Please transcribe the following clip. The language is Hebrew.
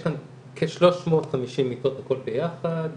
יש כאן כ-350 מיטות הכול ביחד.